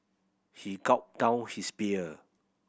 he gulped down his beer